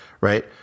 right